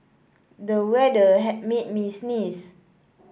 the weather had made me sneeze